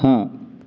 हाँ